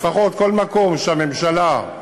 לפחות כל מקום שהממשלה,